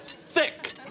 thick